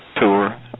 tour